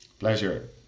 Pleasure